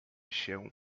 się